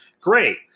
Great